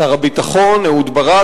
שר הביטחון אהוד ברק,